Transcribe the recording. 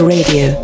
Radio